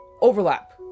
overlap